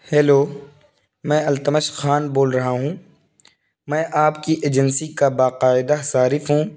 hello میں التمش خان بول رہا ہوں میں آپ کی ایجنسی کا باقاعدہ صارف ہوں